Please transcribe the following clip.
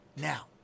Now